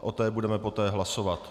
O té budeme poté hlasovat.